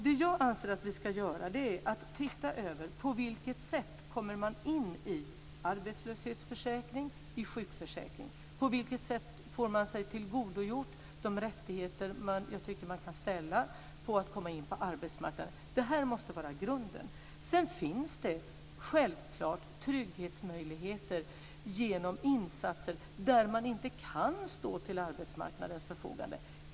Det jag anser att vi ska göra är att se över: På vilket sätt kommer man in i arbetslöshetsförsäkring och sjukförsäkring? På vilket sätt kan man tillgodogöra sig de rättigheter som jag tycker att man kan ställa krav på när det gäller att komma in på arbetsmarknaden? Det måste vara grunden. Sedan finns det självklart trygghetsmöjligheter genom insatser om man inte kan stå till arbetsmarknadens förfogande.